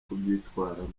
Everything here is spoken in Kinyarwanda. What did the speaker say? kubyitwaramo